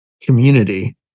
community